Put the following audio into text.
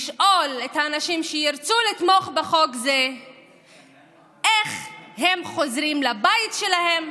לשאול את האנשים שירצו לתמוך בחוק זה איך הם חוזרים לבית שלהם,